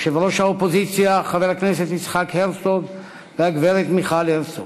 יושב-ראש האופוזיציה חבר הכנסת יצחק הרצוג והגברת מיכל הרצוג,